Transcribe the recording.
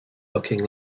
looking